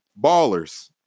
ballers